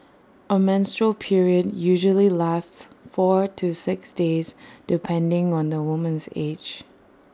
A menstrual period usually lasts four to six days depending on the woman's age